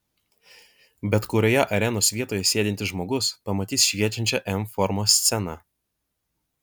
bet kurioje arenos vietoje sėdintis žmogus pamatys šviečiančią m formos sceną